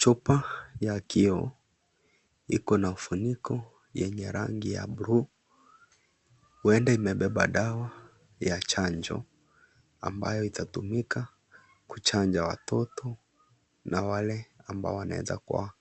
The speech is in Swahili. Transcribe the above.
Chupa ya kioo iko na ufuniko yenye rangi ya buluu. Huenda imebeba dawa ya chanjo. Ambayo itatumika kuchanja watoto na wale ambao wanawezakua